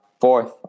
fourth